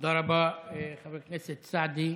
תודה רבה, חבר הכנסת סעדי,